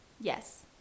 yes